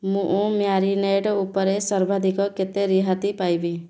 ମୁଁ ମ୍ୟାରିନେଡ଼୍ ଉପରେ ସର୍ବାଧିକ କେତେ ରିହାତି ପାଇବି